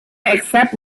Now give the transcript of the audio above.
except